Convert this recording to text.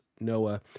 Noah